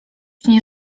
nie